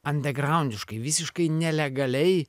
andegraundiškai visiškai nelegaliai